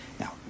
Now